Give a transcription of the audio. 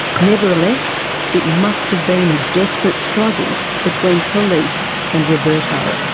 nevertheless it must have been a desperate struggle between police and roberto. yes,